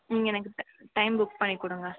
நீங்கள் எனக்கு ட டைம் புக் பண்ணிகொடுங்க